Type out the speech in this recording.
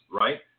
right